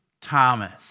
Thomas